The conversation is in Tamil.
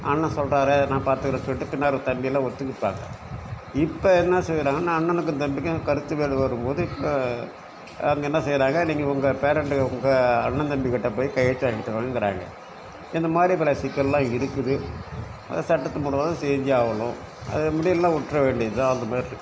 அண்ணன் சொல்கிறாரே நான் பார்த்துக்குறேன்னு சொல்லிட்டு பின்னால் இருக்கிற தம்பில்லாம் ஒத்துகிட்டாங்க இப்போ என்ன செய்கிறாங்கன்னா அண்ணனுக்கும் தம்பிக்கும் கருத்துவேறு வரும்போது இப்போ அங்கே என்ன செய்கிறாங்க நீங்கள் உங்கள் பேரண்ட் உங்கள் அண்ணன் தம்பிக்கிட்ட போய் கையெழுத்து வாங்கிட்டு வாங்கிறாங்க இந்தமாதிரி பல சிக்கலெலாம் இருக்குது அதை சட்டத்தின் மூலமாக தான் செஞ்சாகணும் அது முடிலைனா விட்டுற வேண்டியதுதான் அந்தமாதிரி இருக்குது